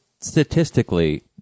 statistically